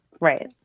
Right